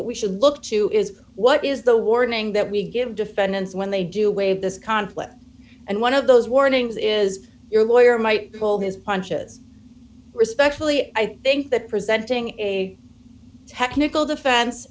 what we should look to is what is the warning that we give defendants when they do waive this conflict and one of those warnings is your lawyer might pull his punches respectfully i think that presenting a technical defen